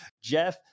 Jeff